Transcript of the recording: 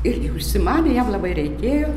irgi užsimanė jam labai reikėjo